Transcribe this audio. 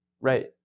Right